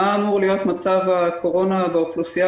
מה אמור להיות מצב הקורונה באוכלוסייה